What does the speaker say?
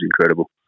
incredible